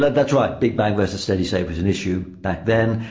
that's right, big bang versus steady state was an issue back then,